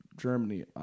Germany